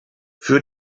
für